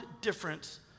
difference